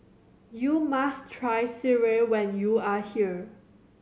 you must try sireh when you are here